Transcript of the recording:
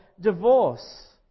divorce